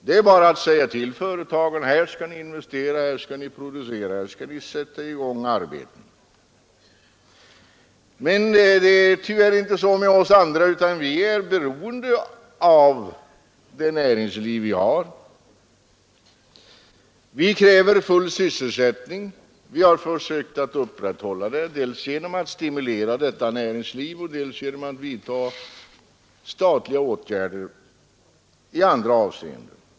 Det är bara att säga till företagen: ”Här skall ni investera, här skall ni producera, här skall ni sätta i gång arbeten!” Tyvärr är det inte så för oss andra, utan vi är beroende av det näringsliv vi har. Vi kräver full sysselsättning, och vi har försökt upprätthålla den dels genom att stimulera detta näringsliv, dels genom att vidta statliga åtgärder i andra avseenden.